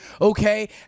okay